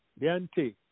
Deante